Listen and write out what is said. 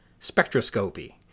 spectroscopy